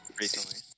recently